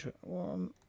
one